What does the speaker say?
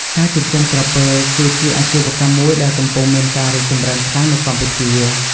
ការចិញ្ចឹមក្រពើ គឺជាអាជីវកម្មមួយដែលកំពុងមានការរីកចម្រើនខ្លាំងនៅកម្ពុជា។